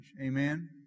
Amen